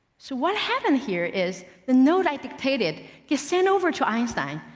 so what happened here is the note i dictated gets sent over to einstein.